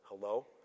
Hello